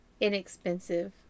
inexpensive